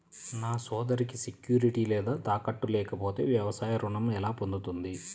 నా సోదరికి సెక్యూరిటీ లేదా తాకట్టు లేకపోతే వ్యవసాయ రుణం ఎలా పొందుతుంది?